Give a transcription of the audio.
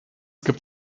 gibt